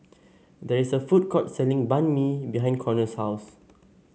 there is a food court selling Banh Mi behind Conner's house